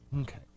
Okay